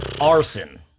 Arson